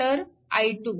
तर i2